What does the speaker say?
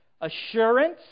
assurance